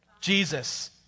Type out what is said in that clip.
Jesus